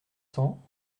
cents